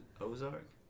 Ozark